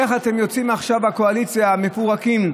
איך אתם יוצאים עכשיו מהקואליציה מפורקים,